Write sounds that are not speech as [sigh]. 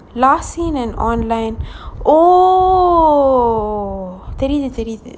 last seen as online [breath] oh தெரியுது தெரியுது:theriyuthu theriyuthu